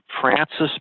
Francis